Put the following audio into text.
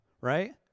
right